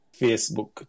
Facebook